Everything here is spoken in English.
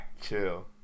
Chill